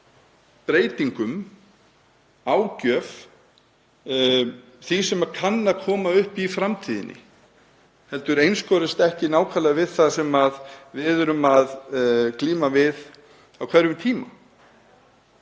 á breytingum og ágjöf, því sem kann að koma upp í framtíðinni, en einskorðist ekki nákvæmlega við það sem við erum að glíma við á hverjum tíma.